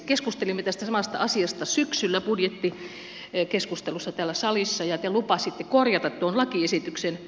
keskustelimme tästä samasta asiasta syksyllä budjettikeskustelussa täällä salissa ja te lupasitte korjata tuon lakiesityksen